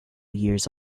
years